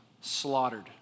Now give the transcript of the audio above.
slaughtered